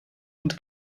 und